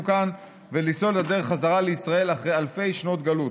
כאן ולסלול את הדרך חזרה לישראל אחרי אלפי שנות גלות.